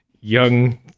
young